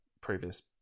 previous